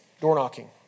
door-knocking